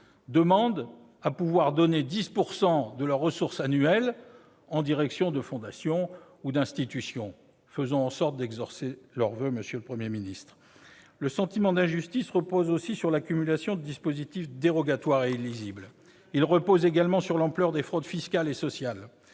demandent à pouvoir donner 10 % de leurs ressources en direction de fondations ou d'institutions. Faisons en sorte d'exaucer leurs voeux, monsieur le Premier ministre. Le sentiment d'injustice repose aussi sur l'accumulation de dispositifs dérogatoires et illisibles, ainsi que sur l'ampleur des fraudes fiscales et sociales.